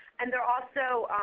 and they're also